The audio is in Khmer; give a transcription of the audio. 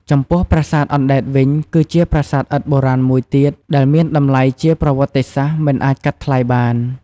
ចំពោះប្រាសាទអណ្ដែតវិញ គឺជាប្រាសាទឥដ្ឋបុរាណមួយទៀតដែលមានតម្លៃជាប្រវត្តិសាស្ត្រមិនអាចកាត់ថ្លៃបាន។